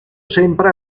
sempre